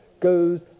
goes